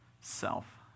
self